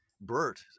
Bert